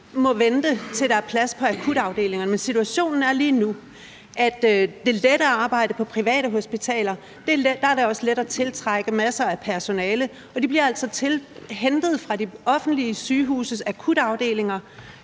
må vente, til der er plads på akutafdelingerne. Men situationen er lige nu, at det er lettere at arbejde på private hospitaler, og der er det også let at tiltrække masser af personale, og de bliver altså hentet fra de offentlige sygehuses akutafdelinger,